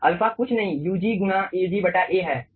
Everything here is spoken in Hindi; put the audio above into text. अल्फा कुछ नहीं ug गुणा Ag A है